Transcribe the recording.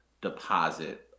deposit